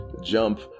jump